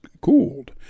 cooled